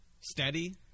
steady